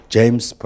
James